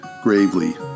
gravely